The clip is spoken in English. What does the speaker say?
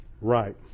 right